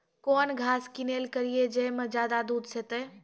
कौन घास किनैल करिए ज मे ज्यादा दूध सेते?